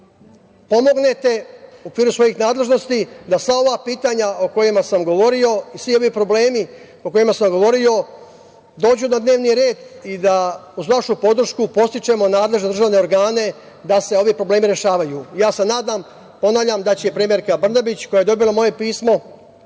pomognete u okviru svojih nadležnosti, da sva ova pitanja o kojima sam govorio i svi ovi problemi o kojima sam govorio, dođu na dnevni red i da uz vašu podršku podstičemo nadležne državne organe da se ovi problemi rešavaju. Nadam se, ponavljam, da će premijerka Brnabić koja je dobila moje pismo